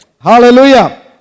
Hallelujah